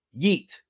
Yeet